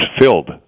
filled